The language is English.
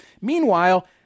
Meanwhile